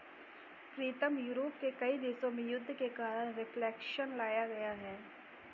प्रीतम Europe के कई देशों में युद्ध के कारण रिफ्लेक्शन लाया गया है